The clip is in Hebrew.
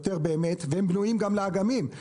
והם בנויים גם לאגמים,